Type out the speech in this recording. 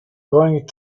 going